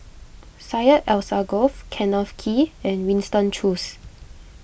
Syed Alsagoff Kenneth Kee and Winston Choos